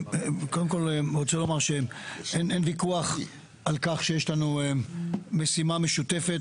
קודם כל אני רוצה לומר שאין ויכוח על כך שיש לנו משימה משותפת.